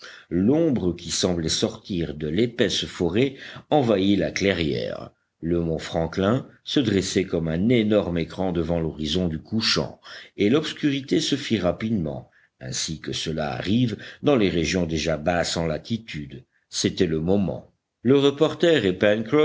l'ombre qui semblait sortir de l'épaisse forêt envahit la clairière le mont franklin se dressait comme un énorme écran devant l'horizon du couchant et l'obscurité se fit rapidement ainsi que cela arrive dans les régions déjà basses en latitude c'était le moment le reporter